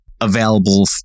available